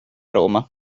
roma